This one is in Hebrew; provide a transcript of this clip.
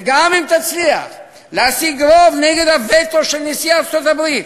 וגם אם תצליח להשיג רוב נגד הווטו של נשיא ארצות-הברית,